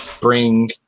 bring